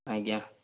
ଆଜ୍ଞା